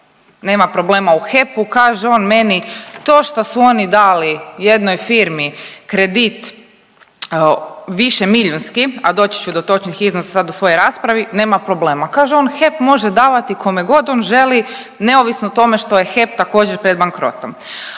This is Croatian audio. Nema problema u HEP-u kaže on meni to što su oni dali jednoj firmi kredit više milijunski, a doći ću do točnih iznosa sad u svojoj raspravi nema problema. Kaže on, HEP može davati kome god on želi neovisno o tome što je HEP također pred bankrotom.